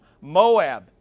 Moab